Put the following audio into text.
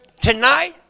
tonight